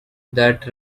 that